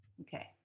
Okay